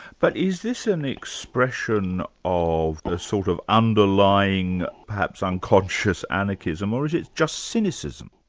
but is this an expression of a sort of underlying, perhaps unconscious, anarchism, or is it just cynicism?